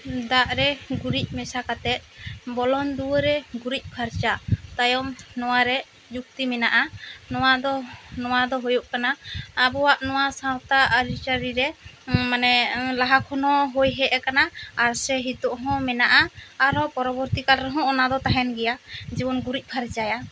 ᱫᱟᱜ ᱨᱮ ᱜᱩᱨᱤᱡᱽ ᱢᱮᱥᱟ ᱠᱟᱛᱮᱜ ᱵᱚᱞᱚᱱ ᱫᱩᱣᱟᱹᱨ ᱨᱮ ᱜᱩᱨᱤᱡᱽ ᱯᱷᱟᱨᱪᱟ ᱛᱟᱭᱚᱢ ᱱᱚᱣᱟ ᱨᱮ ᱡᱩᱠᱛᱤ ᱢᱮᱱᱟᱜᱼᱟ ᱱᱚᱣᱟ ᱫᱚ ᱱᱚᱣᱟ ᱫᱚ ᱦᱩᱭᱩᱜ ᱠᱟᱱᱟ ᱟᱵᱚᱣᱟᱜ ᱱᱚᱣᱟ ᱥᱟᱶᱛᱟ ᱟᱹᱨᱤ ᱪᱟᱹᱞᱤ ᱨᱮ ᱢᱟᱱᱮ ᱞᱟᱦᱟ ᱠᱷᱚᱱ ᱦᱚᱸ ᱦᱩᱭ ᱦᱮᱡ ᱟᱠᱟᱱᱟ ᱟᱨ ᱥᱮ ᱱᱤᱛᱚᱜ ᱦᱚᱸ ᱢᱮᱱᱟᱜᱼᱟ ᱟᱨᱦᱚᱸ ᱯᱚᱨᱚᱵᱚᱨᱛᱤ ᱠᱟᱞ ᱨᱮᱦᱚᱸ ᱚᱱᱟᱫᱚ ᱛᱟᱦᱮᱱ ᱜᱮᱭᱟ ᱡᱮᱢᱚᱱ ᱜᱩᱨᱤᱡᱽ ᱯᱷᱟᱨᱪᱟᱭᱟ